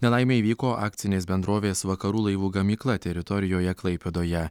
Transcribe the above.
nelaimė įvyko akcinės bendrovės vakarų laivų gamykla teritorijoje klaipėdoje